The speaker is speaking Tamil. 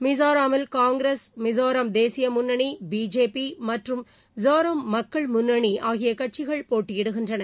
மிசோராமில் காங்கிரஸ் மிசோராம் தேசிய முன்னணி பிஜேபி மற்றும் சோரம் மக்கள் முன்னணி ஆகிய கட்சிகள் போட்டியிடுகின்றன